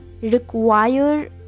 require